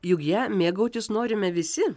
juk ja mėgautis norime visi